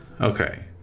okay